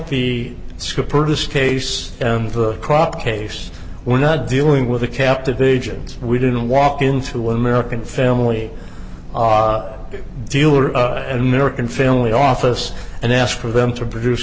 purchase case and the crop case we're not dealing with a captive agents we didn't walk into an american family dealer of an american family office and ask for them to produce